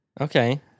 Okay